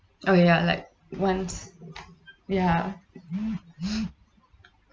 oh ya like once ya